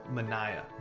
Mania